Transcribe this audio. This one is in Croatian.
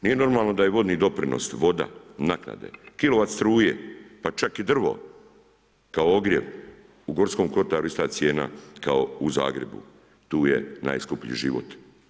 Nije normalno da je vodni doprinos, voda, naknade, kilovat struje, pa čak i drvo kao ogrjev, u Gorskom kotaru ista cijena kao u Zagrebu, tu je najskuplji život.